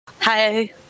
Hi